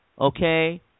Okay